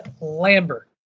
Lambert